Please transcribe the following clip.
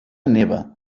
neva